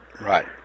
Right